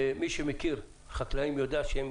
מי שמכיר את החקלאים יודע שהם